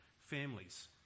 families